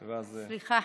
סליחה.